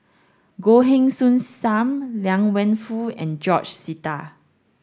Goh Heng Soon Sam Liang Wenfu and George Sita